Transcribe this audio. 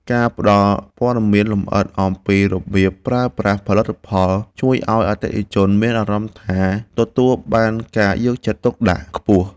ការផ្ដល់ព័ត៌មានលម្អិតអំពីរបៀបប្រើប្រាស់ផលិតផលជួយឱ្យអតិថិជនមានអារម្មណ៍ថា ទទួលបានការយកចិត្តទុកដាក់ខ្ពស់។